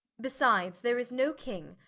besides, there is no king,